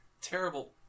terrible